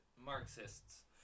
Marxists